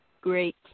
great